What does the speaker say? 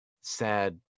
sad